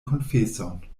konfeson